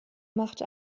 machte